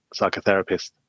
psychotherapist